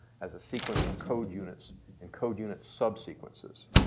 as a sequence of code units and code unit subsequences.